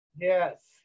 Yes